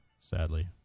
sadly